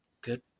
Good